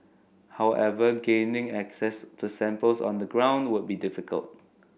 however gaining access to samples on the ground would be difficult